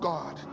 God